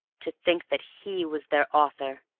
to think that he was their author!